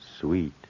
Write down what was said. sweet